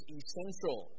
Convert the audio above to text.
essential